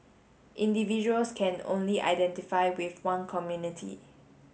individuals can only identify with one community